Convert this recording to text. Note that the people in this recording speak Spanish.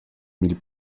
mil